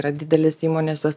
yra didelės įmonės jos